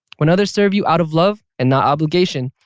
when others serve you out of love and not obligation,